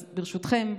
אז ברשותכם,